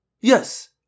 Yes